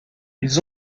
ils